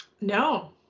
No